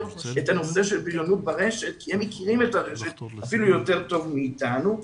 את הנושא של בריונות ברשת כי הם מכירים את הרשת אפילו יותר טוב מאתנו.